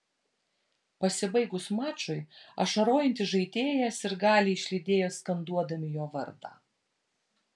pasibaigus mačui ašarojantį žaidėją sirgaliai išlydėjo skanduodami jo vardą